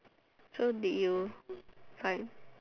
so did you find